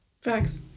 facts